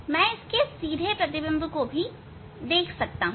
मैं इसके सीधे प्रतिबिंब को भी देख सकता हूं